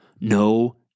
no